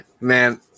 Man